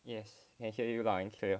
yes I hear you loud and clear